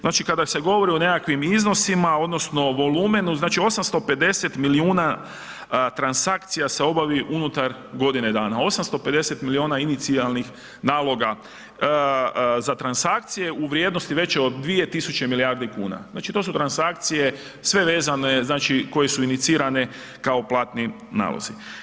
Znači kada se govori o nekakvim iznosima odnosno volumenu znači 850 milijuna transakcija se obavi unutar godine dana, 850 milijuna inicijalnih naloga za transakcije u vrijednosti većoj od dvije tisuće milijardi kuna, znači to su transakcije sve vezane znači koje su inicirane kao platni nalozi.